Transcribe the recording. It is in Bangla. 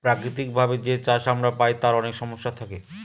প্রাকৃতিক ভাবে যে চাষ আমরা পায় তার অনেক সমস্যা থাকে